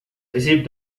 received